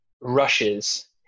rushes